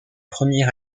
premier